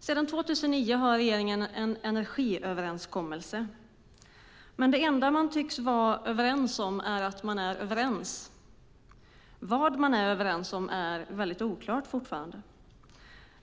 Sedan år 2009 har regeringen en energiöverenskommelse. Men det enda man tycks vara överens om är att man är överens. Vad man är överens om är dock fortfarande väldigt oklart.